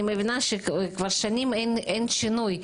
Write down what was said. אני מבינה שכבר שנים שאין שינוי,